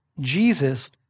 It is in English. Jesus